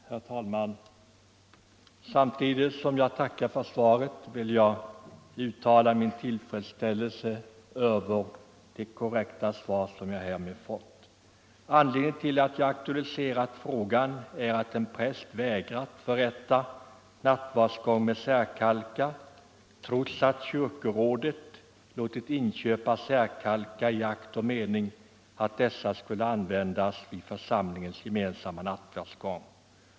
Herr talman! Samtidigt som jag tackar kommunministern vill jag uttala min tillfredsställelse över det svar som jag har fått. Anledningen till att jag aktualiserat frågan är att en präst vägrat förrätta nattvardsgång med särkalkar, trots att kyrkorådet låtit inköpa sådana i akt och mening 23 att de skulle användas vid församlingens gemensamma nattvardsgång.